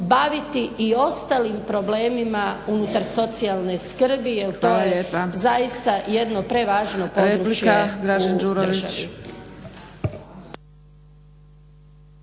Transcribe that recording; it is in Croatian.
baviti i ostalim problemima unutar socijalne skrbi jer to je zaista jedno prevažno područje